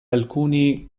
alcuni